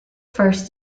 first